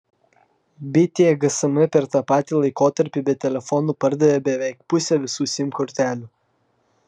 bitė gsm per tą patį laikotarpį be telefonų pardavė beveik pusę visų sim kortelių